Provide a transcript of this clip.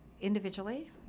individually